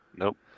Nope